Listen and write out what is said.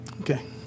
Okay